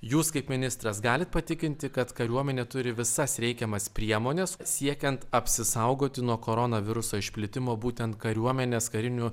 jūs kaip ministras galit patikinti kad kariuomenė turi visas reikiamas priemones siekiant apsisaugoti nuo koronaviruso išplitimo būtent kariuomenės karinių